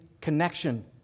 connection